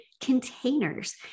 containers